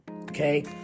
Okay